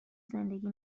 زندگی